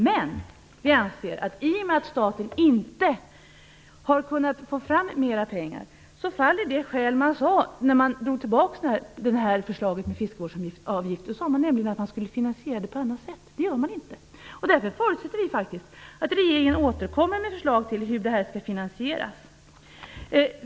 Men i och med att staten inte har kunnat få fram mer pengar faller det skäl som man anförde när man drog tillbaka detta förslag om fiskevårdsavgift. Man sade nämligen att man skulle finansiera det på annat sätt. Det gör man inte. Därför förutsätter vi faktiskt att regeringen återkommer med förslag till hur detta skall finansieras.